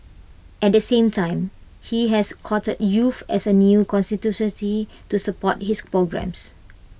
at the same time he has courted youth as A new constituency to support his programmes